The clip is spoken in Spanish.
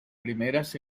primeras